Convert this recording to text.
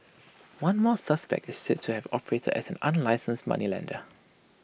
one more suspect is said to have operated as an unlicensed moneylender